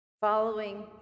Following